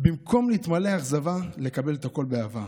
"במקום להתמלא אכזבה, לקבל את הכול באהבה,